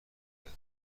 گیرد